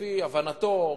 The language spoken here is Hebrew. לפי הבנתו,